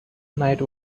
night